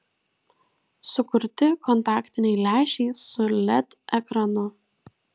sukurti kontaktiniai lęšiai su led ekranu